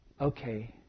okay